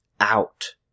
out